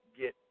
get